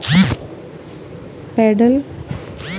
करिश्मा कभी चीजों की कीमत की परवाह नहीं करती